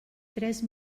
tres